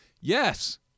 Yes